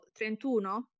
trentuno